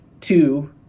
two